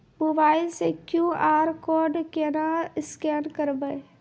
Mobile से QR code केना scan करबै?